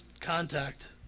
contact